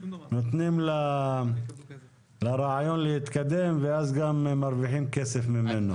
נותנים לרעיון להתקדם ואז גם מרוויחים כסף ממנו.